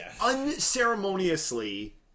unceremoniously